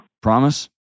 Promise